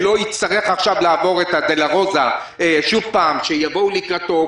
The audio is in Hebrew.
שלא יצטרך עכשיו לעבור את הויה-דולורוזה ושילכו לקראתו.